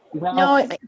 No